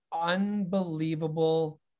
Unbelievable